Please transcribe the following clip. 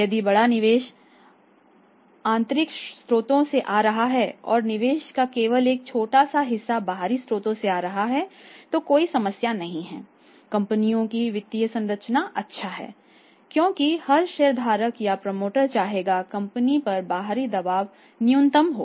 यदि बड़ा निवेश आंतरिक स्रोतों से आ रहा है और निवेश का केवल एक छोटा हिस्सा बाहरी स्रोतों से आ रहा है तो कोई समस्या नहीं है कंपनियों की वित्तीय संरचना अच्छा है क्योंकि हर शेयरधारक या प्रमोटर चाहेगा कंपनी पर बाहरी दावा न्यूनतम हो